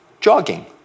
jogging